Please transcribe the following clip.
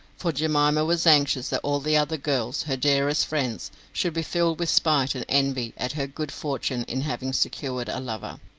for jemima was anxious that all the other girls, her dearest friends, should be filled with spite and envy at her good fortune in having secured a lover.